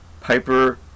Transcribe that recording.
Piper